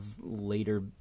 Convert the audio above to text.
later